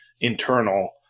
internal